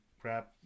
crap